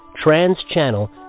trans-channel